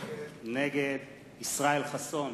נגד ישראל חסון,